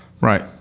right